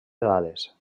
dades